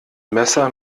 messer